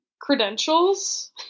credentials